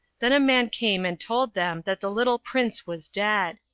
then a man came and told them that the little prince was dead.